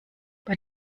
bei